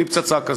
מפצצה כזאת.